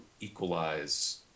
equalize